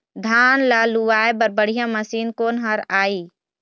धान ला लुआय बर बढ़िया मशीन कोन हर आइ?